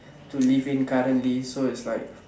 to live in currently so it's like